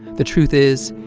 the truth is,